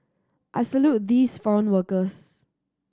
I salute these foreign workers